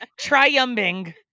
triumbing